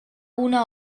una